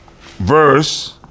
verse